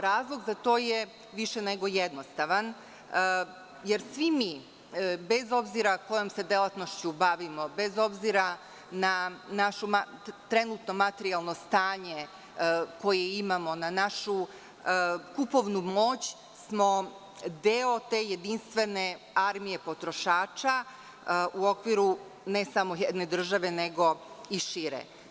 Razlog za to je više nego jednostavan, jer svi mi bez obzira kojom se delatnošću bavimo, bez obzira na naše trenutno materijalno stanje koje imamo, na našu kupovnu moć smo deo te jedinstvene armije potrošača u okviru ne samo jedne države nego i šire.